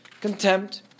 contempt